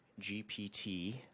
GPT